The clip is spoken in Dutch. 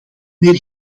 meer